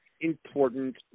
important